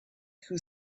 who